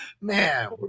Man